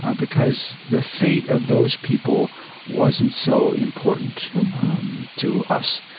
ah because the fate of those people wasn't so important to us.